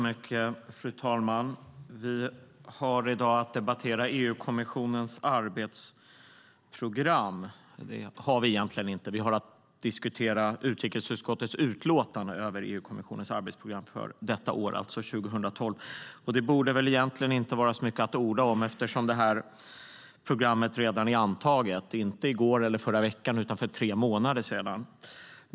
Fru talman! Vi har i dag att diskutera utrikesutskottets utlåtande över EU-kommissionens arbetsprogram för detta år, alltså 2012. Det borde egentligen inte vara så mycket att orda om eftersom programmet redan är antaget, inte i går eller i förra veckan utan för tre månader sedan.